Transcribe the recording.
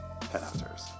Headhunters